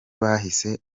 bahishe